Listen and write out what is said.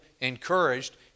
encouraged